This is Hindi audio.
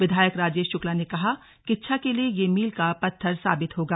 विधायक राजेश शुक्ला ने कहा किच्छा के लिए यह मील का पत्थर साबित होगा